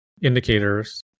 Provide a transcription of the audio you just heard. indicators